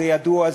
זה ידוע,